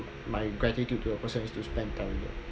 my gratitude to a person is to spend time with them